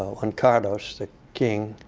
juan carlos, the king,